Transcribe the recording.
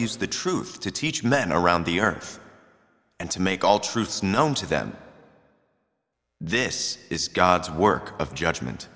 use the truth to teach men around the earth and to make all truths known to them this is god's work of judgment